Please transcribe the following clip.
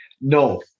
No